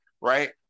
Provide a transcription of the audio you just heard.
right